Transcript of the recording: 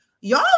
y'all